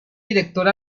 director